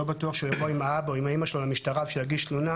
לא בטוח שאם הוא יבוא עם האבא או האמא שלו למשטרה בשביל להגיש תלונה,